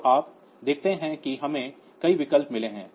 तो आप देखते हैं कि हमें कई विकल्प मिले हैं